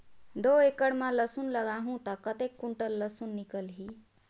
दो एकड़ मां लसुन लगाहूं ता कतेक कुंटल लसुन निकल ही?